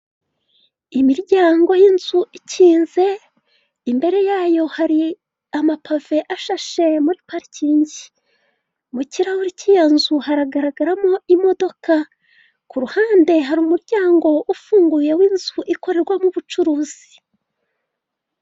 Imiryango y'inzu ikinze, imbere yayo hari amapave ashashe muri parikingi. Mu kirahuri cy'iyo nzu hagaragaramo imodoka. Mu ruhande hari umuryango ufunguye w'inzu ikorerwamo ubucuruzi.